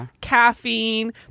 caffeine